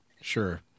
Sure